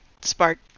spark